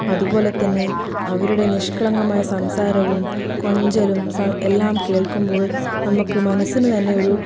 അതുപോലെ തന്നെ അവരുടെ നിഷ്കളങ്കമായ സംസാരവും കൊഞ്ചലും സ എല്ലാം കേൾക്കുമ്പോൾ നമുക്ക് മനസ്സിന് തന്നെ ഒരു